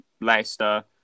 Leicester